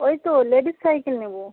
ওই তো ladies cycle নেবো